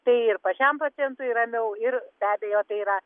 tai ir pačiam pacientui ramiau ir be abejo tai yra